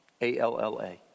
A-L-L-A